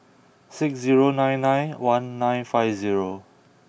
six zero nine nine one nine five zero